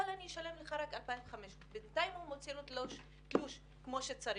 אבל אני אשלם לך רק 2,500. בינתיים הוא מוציא לו תלוש שכר כמו שצריך,